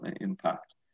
impact